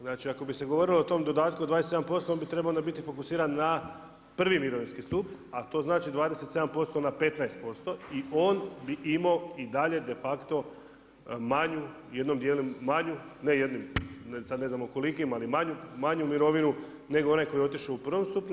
Znači ako bi se govorilo o tom dodatku od 27% on bi onda trebao biti fokusiran na prvi mirovinski stup, a to znači 27% na 15% i on bi imao i dalje de facto manju, jednim dijelom manju, ne jednim, sad ne znamo kolikim ali manju mirovinu nego onaj tko je otišao u prvom stupnju.